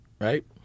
right